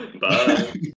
Bye